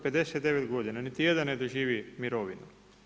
59 godina, niti jedan ne doživi mirovinu.